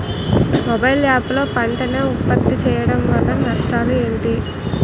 Mobile app లో పంట నే ఉప్పత్తి చేయడం వల్ల నష్టాలు ఏంటి?